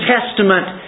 Testament